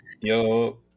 Yo